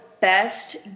best